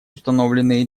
установленные